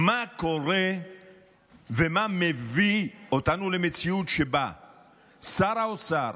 מה קורה ומה מביא אותנו למציאות שבה שר האוצר